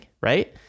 right